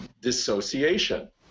Dissociation